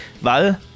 weil